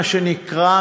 מה שנקרא,